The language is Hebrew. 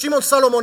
שמעון סולומון,